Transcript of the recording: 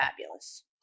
fabulous